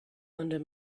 under